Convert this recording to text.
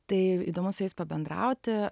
tai įdomu su jais pabendrauti